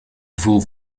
gevoel